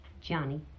Johnny